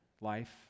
life